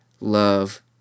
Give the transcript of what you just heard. love